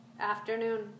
afternoon